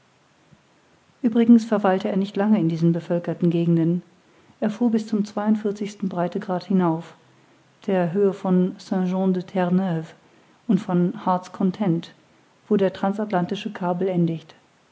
uebrigens verweilte er nicht lange in diesen bevölkerten gegenden er fuhr bis zum zweiundvierzigsten breitegrad hinauf der höhe von st jean de terre neuve und von heart's content wo der transatlantische kabel endigt